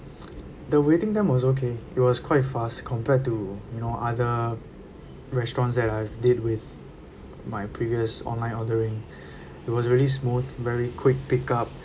the waiting time was okay it was quite fast compared to you know other restaurants that I've did with my previous online ordering it was really smooth very quick pick up